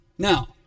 Now